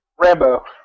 Rambo